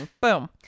Boom